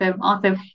Awesome